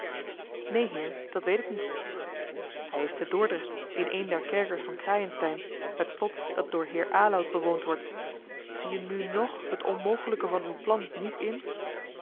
neen heer dat weet ik niet hij is te dordrecht in een der kerkers van crayenstein het slot dat door heer aloud bewoond wordt ziet gij nu nog het onmogelijke van uw plan niet in